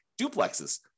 duplexes